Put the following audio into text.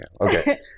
Okay